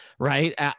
Right